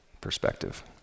perspective